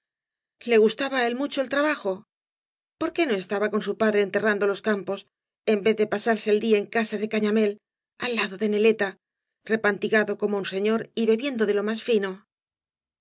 le gustaba á él mucho el trabajo por qué no estaba eon su padre enterrando les campos en vez de pasarse el día en casa de cañamél al lado de neleta repantigado como un señor y bebiendo de lo más fice